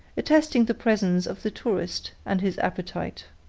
attesting the presence of the tourist and his appetite.